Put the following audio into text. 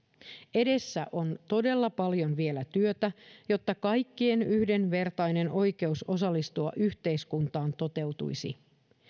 edessä on vielä todella paljon työtä jotta kaikkien yhdenvertainen oikeus osallistua yhteiskuntaan toteutuisi